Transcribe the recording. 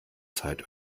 zeit